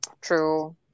true